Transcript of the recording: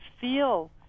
feel